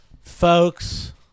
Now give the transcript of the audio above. folks